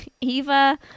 Eva